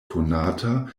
konata